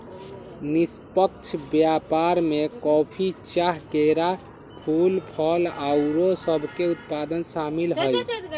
निष्पक्ष व्यापार में कॉफी, चाह, केरा, फूल, फल आउरो सभके उत्पाद सामिल हइ